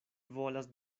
volas